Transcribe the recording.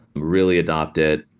really adopt it.